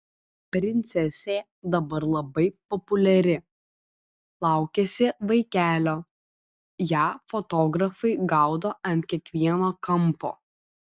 princesė dabar labai populiari laukiasi vaikelio ją fotografai gaudo ant kiekvieno kampo